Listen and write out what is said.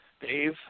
Dave